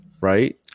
right